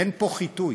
אין פה חיטוי.